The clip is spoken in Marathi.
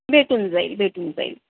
भेटून जाईल भेटून जाईल